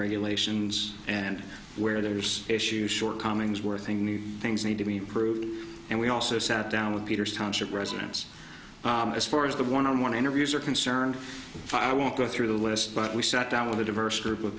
regulations and where there's issues shortcomings worthing new things need to be improved and we also sat down with peter's township residence as far as the one on one interviews are concerned i won't go through the list but we sat down with a diverse group of